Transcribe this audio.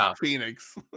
Phoenix